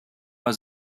was